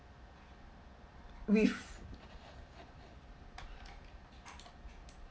with